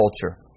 culture